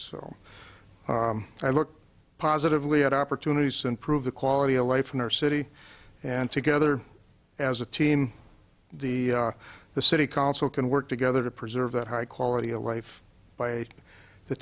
so i look positively at opportunities to improve the quality of life in our city and together as a team the the city council can work together to preserve that high quality of life by the